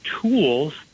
tools